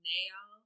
Nail